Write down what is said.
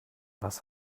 was